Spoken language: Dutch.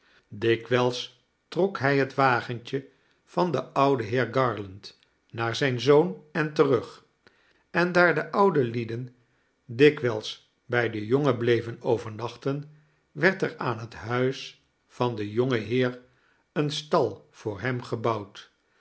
dikwijls trok hij het wagentje van den ouden heer garland naar zijn zoon en terug en daar de oude lieden dikwijls bij de jonge bleven overnachten werd er aan het huis van den jongen heer een stal voor hem gebouwd